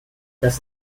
das